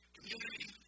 Community